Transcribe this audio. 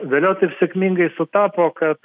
vėliau taip sėkmingai sutapo kad